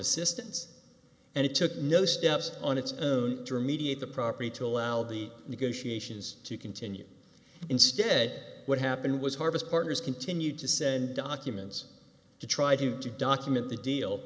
assistance and it took no steps on its own dream mediate the property to allow the negotiations to continue instead what happened was harvest partners continued to said documents to try to document the deal